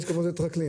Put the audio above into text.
לטרקלין.